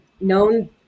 known